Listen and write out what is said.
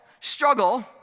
struggle